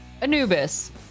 anubis